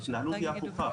ההתנהלות היא הפוכה.